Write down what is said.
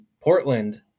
Portland –